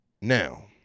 Now